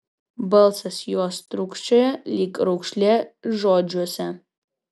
balsas jos trūkčioja lyg raukšlė žodžiuose